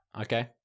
Okay